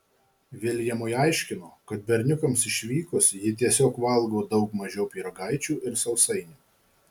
viljamui aiškino kad berniukams išvykus ji tiesiog valgo daug mažiau pyragaičių ir sausainių